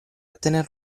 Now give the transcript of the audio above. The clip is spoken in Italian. tener